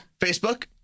Facebook